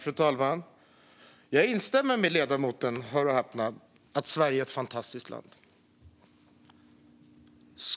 Fru talman! Jag instämmer - hör och häpna - med ledamoten i att Sverige är ett fantastiskt land.